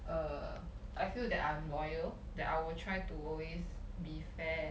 err I feel that I'm loyal that I will try to always be fair